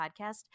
podcast